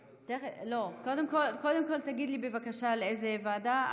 קודם כול תגיד לי בבקשה לאיזו ועדה.